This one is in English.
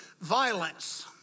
violence